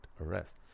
arrest